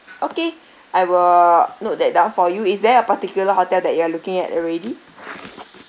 okay I will note that done for you is there a particular hotel that you are looking at already